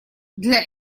для